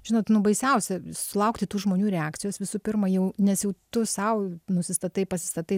žinot nu baisiausia sulaukti tų žmonių reakcijos visų pirma jau nes jau tu sau nusistatai pasistatai